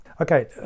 Okay